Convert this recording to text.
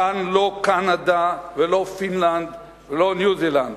כאן לא קנדה ולא פינלנד ולא ניו-זילנד.